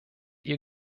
ihr